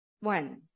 One